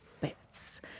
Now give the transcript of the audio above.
bits